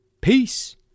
Peace